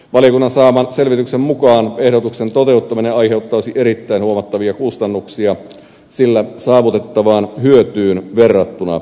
valiokunnan saaman selvityksen mukaan ehdotuksen toteuttaminen aiheuttaisi erittäin huomattavia kustannuksia sillä saavutettavaan hyötyyn verrattuna